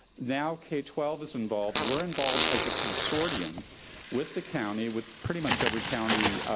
now k twelve is involved. we're involved as a consortium with the county, with pretty much every county,